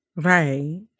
Right